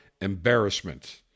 embarrassment